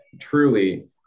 truly